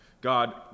God